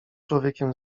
człowiekiem